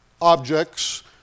objects